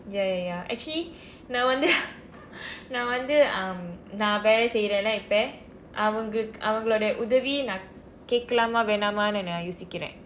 ya ya ya actually நான் வந்து:naan vandthu நான் வந்து:naan vanthu um நான் வேலை செய்றேன் இல்ல இப்ப அவங்க அவங்களுக்கு உதவி நான் கேட்கலாமா வேண்டாமா நான் யோசிக்கிறேன் :naan veelai seyreen illa ippa avangka avangkalukku uthavi naan keetkalaamaa veendaamaa naan yosikkiren